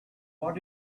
what